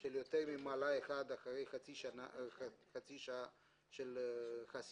של יותר ממעלה אחת אחרי חצי שעה של חשיפה.